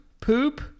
poop